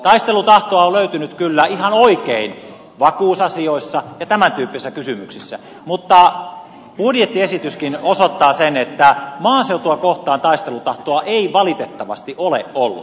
taistelutahtoa on löytynyt kyllä ihan oikein vakuusasioissa ja tämän tyyppisissä kysymyksissä mutta budjettiesityskin osoittaa sen että maaseutua kohtaan taistelutahtoa ei valitettavasti ole ollut